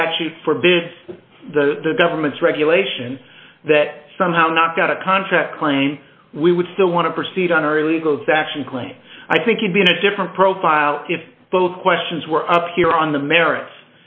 statute forbids the government's regulation that somehow not got a contract claim we would still want to proceed on our legal exaction claim i think you'd be in a different profile if both questions were up here on the